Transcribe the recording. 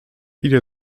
ile